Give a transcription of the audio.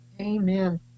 Amen